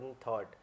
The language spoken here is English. thought